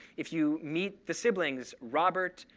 if you meet the siblings robert,